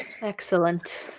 Excellent